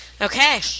Okay